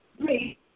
Great